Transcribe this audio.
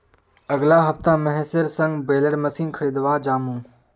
अगला हफ्ता महेशेर संग बेलर मशीन खरीदवा जामु